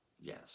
Yes